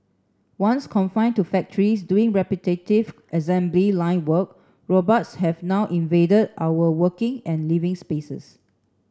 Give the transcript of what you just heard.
once confined to factories doing repetitive assembly line work robots have now invaded our working and living spaces